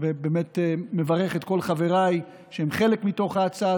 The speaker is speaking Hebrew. ובאמת אני מברך את כל חבריי שהם חלק מההצעה